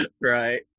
Right